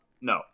no